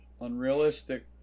unrealistic